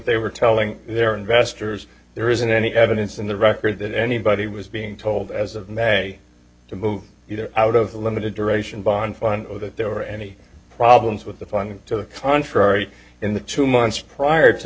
they were telling their investors there isn't any evidence in the record that anybody was being told as of may to move out of the limited duration bond fund that there were any problems with the funding to the contrary in the two months prior to